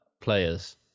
players